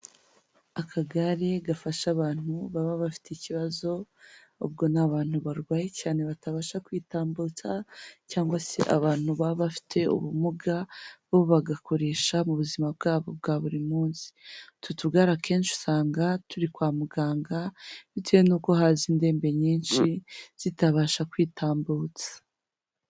Akagare gafasha abantu baba bafite ikibazo ubwo ni abantu barwaye cyane batabasha kwitambutsa cyangwa se abantu baba bafite ubumuga nibo bagakoresha mu buzima bwabo bwa buri munsi, ututuga akenshi usanga turi kwa muganga bitewe n'uko haza indembe nyinshi zitabasha kwitambutsa.